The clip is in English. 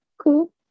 cool